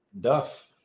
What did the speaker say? Duff